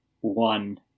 One